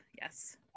yes